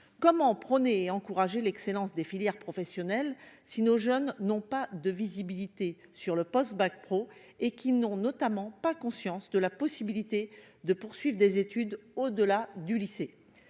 Comment prôner et encourager l'excellence des filières professionnelles si nos jeunes n'ont pas de visibilité sur le « post-bac pro » et qu'ils n'ont pas conscience de la possibilité de poursuivre des études au-delà du lycée ?